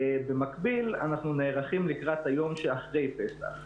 במקביל, אנחנו נערכים לקראת היום שאחרי פסח.